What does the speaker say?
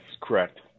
correct